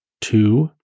two